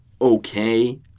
okay